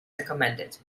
recommended